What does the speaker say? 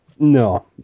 No